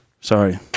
Sorry